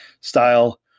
style